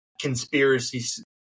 conspiracy